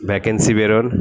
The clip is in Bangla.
ভ্যাকেন্সি বেরোয়